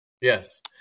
Yes